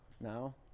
now